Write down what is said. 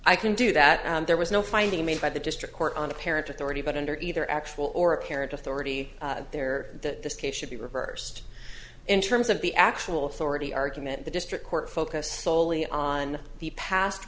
i can do that and there was no finding made by the district court on apparent authority but under either actual or apparent authority there that this case should be reversed in terms of the actual authority argument the district court focused solely on the past